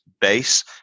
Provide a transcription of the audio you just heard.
base